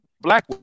black